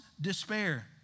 despair